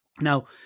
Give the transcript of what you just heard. Now